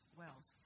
wells